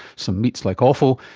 some meats like offal,